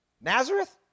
Nazareth